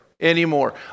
anymore